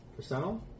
percentile